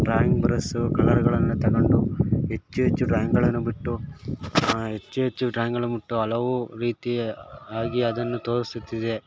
drawing brush ಕಲರ್ಗಳನ್ನು ತಗೊಂಡು ಹೆಚ್ಚು ಹೆಚ್ಚು ಡ್ರಾಯಿಂಗ್ಗಳನ್ನು ಬಿಟ್ಟು ಹೆಚ್ಚು ಹೆಚ್ಚು ಡ್ರಾಯಿಂಗ್ಗಳನ್ನು ಬಿಟ್ಟು ಹಲವು ರೀತಿಯ ಆಗಿ ಅದನ್ನು ತೋರಿಸುತ್ತಿದೆ